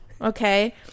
Okay